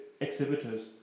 exhibitors